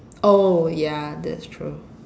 oh ya that's true